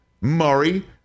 Murray